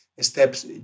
steps